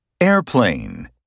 airplane